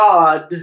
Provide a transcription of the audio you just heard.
God